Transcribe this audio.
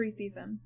preseason